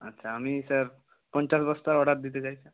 আচ্ছা আমি স্যার পঞ্চাশ বস্তার অর্ডার দিতে চাই স্যার